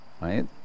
right